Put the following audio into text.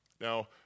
Now